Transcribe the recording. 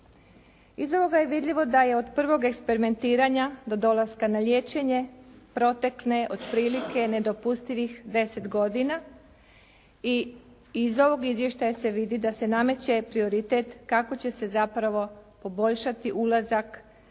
Iz ovoga je vidljivo da je od prvog eksperimentiranja do dolaska na liječenje protekne otprilike nedopustivih 10 godina i iz ovog izvještaja se vidi da se nameće prioritet kako će se zapravo poboljšati ulazak